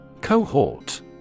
Cohort